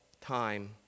time